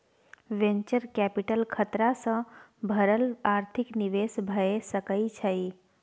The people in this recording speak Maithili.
वेन्चर कैपिटल खतरा सँ भरल आर्थिक निवेश भए सकइ छइ